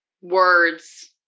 words